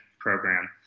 program